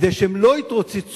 כדי שהם לא יתרוצצו,